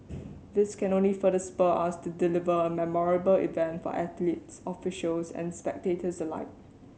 this can only further spur us to deliver a memorable event for athletes officials and spectators alike